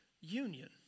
Union